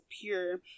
pure